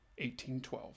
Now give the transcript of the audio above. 1812